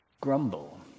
Grumble